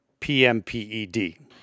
PMPED